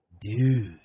Dude